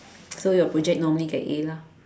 so your project normally get A lah